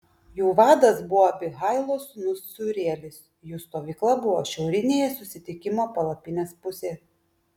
jų vadas buvo abihailo sūnus cūrielis jų stovykla buvo šiaurinėje susitikimo palapinės pusėje